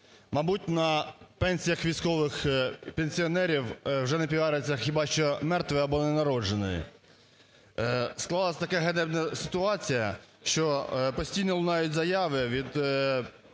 Мабуть, на пенсіях військових пенсіонерів вже не піариться хіба що мертвий або ненароджений. Склалася така ганебна ситуація, що постійно лунають заяви